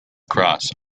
cross